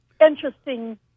interesting